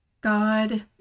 God